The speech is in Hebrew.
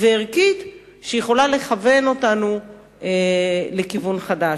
וערכית שיכולה לכוון אותנו לכיוון חדש.